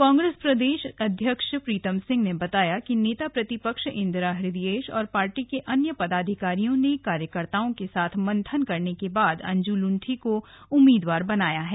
कांग्रेस प्रदेश अध्यक्ष प्रीतम सिंह ने बताया कि नेता प्रतिपक्ष इंदिरा हृदयेश और पार्टी के अन्य पदाधिकारियों ने कार्यकर्ताओं के साथ मंथन करने के बाद अंजू लुंठी को उम्मीदवार बनाया गया है